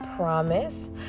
promise